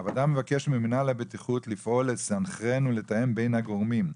הוועדה מבקשת ממנהל הבטיחות לפעול ולסנכרן ולתאם בין הגורמים,